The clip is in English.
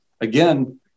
Again